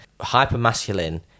hyper-masculine